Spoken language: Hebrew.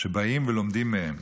שבאים ולומדים מהם.